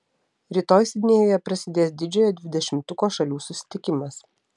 rytoj sidnėjuje prasidės didžiojo dvidešimtuko šalių susitikimas